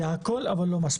זה הכול, אבל לא מספיק.